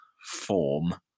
form